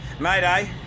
Mayday